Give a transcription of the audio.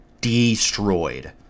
destroyed